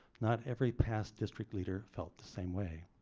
not every past district leader felt the same way.